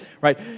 right